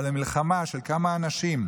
אבל המלחמה היא של כמה אנשים.